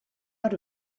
out